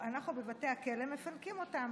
אנחנו מפנקים אותם